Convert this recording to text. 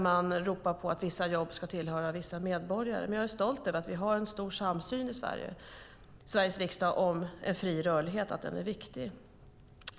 Man ropar att vissa jobb ska tillhöra vissa medborgare. Men jag är stolt över att vi har en stor samsyn i Sveriges riksdag om en fri rörlighet, att den är viktig.